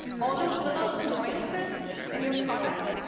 all those little annoyances in your product,